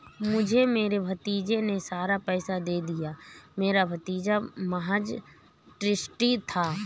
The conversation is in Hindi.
मुझे मेरे भतीजे ने सारा पैसा दे दिया, मेरा भतीजा महज़ ट्रस्टी था